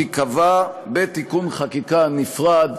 תיקבע בתיקון חקיקה נפרד.